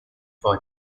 for